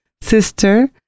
sister